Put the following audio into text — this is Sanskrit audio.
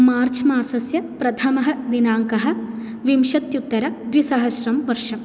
मार्च् मासस्य प्रथमः दिनाङ्कः विंशत्युत्तर द्विसहस्रं वर्षं